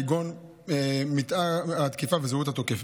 כגון מתאר התקיפה וזהות התוקף.